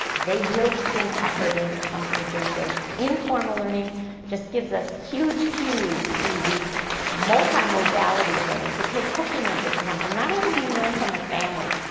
they will sync effort into something if they're engaged. informal learning just gives us huge cues to the multimodality of learning. to take cooking as an example, not only do you learn from a family.